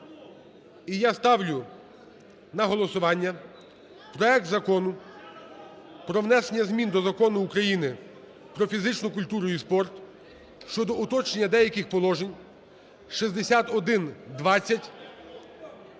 і я ставлю на голосування проект Закону про внесення змін до Закону України "Про фізичну культуру і спорт" (щодо уточнення деяких положень) (6120)